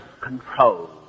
control